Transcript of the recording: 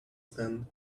stand